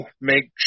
make